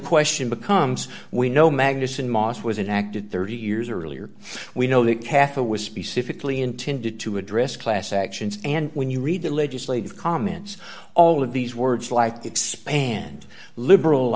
question becomes we know magnusson moss was an active thirty years earlier we know that kaffir was specifically intended to address class actions and when you read the legislative comments all of these words like to expand liberal